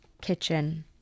kitchen